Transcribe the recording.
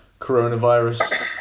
coronavirus